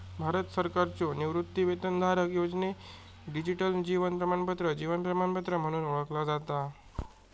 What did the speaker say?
भारत सरकारच्यो निवृत्तीवेतनधारक योजनेक डिजिटल जीवन प्रमाणपत्र जीवन प्रमाण म्हणून ओळखला जाता